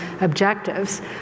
objectives